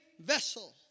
vessel